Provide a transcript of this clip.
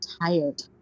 tired